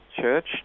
church